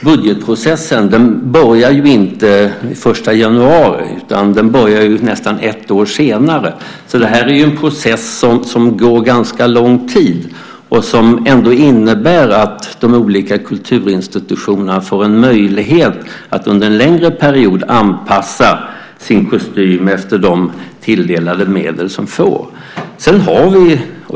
Budgetprocessen börjar ju inte den 1 januari utan den börjar nästan ett år senare. Det är en process som pågår under en ganska lång tid och som ändå innebär att de olika kulturinstitutionerna får möjlighet att under en längre period anpassa sina kostymer efter tilldelade medel.